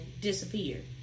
disappeared